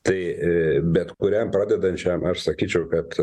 tai bet kuriam pradedančiajam aš sakyčiau kad